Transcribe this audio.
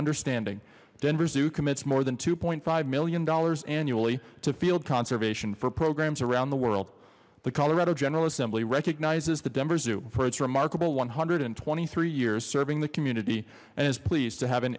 understanding denver zoo commits more than two five million dollars annually to field conservation for programs around the world the colorado general assembly recognizes the denver zoo for it's remarkable one hundred and twenty three years serving the community and is pleased to have an